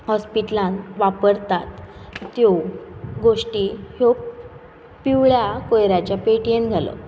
हॉस्पिटलान वापरतात त्यो गोश्टी ह्यो पिवळ्या कोयराच्या पेटयेन घालप